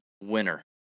winner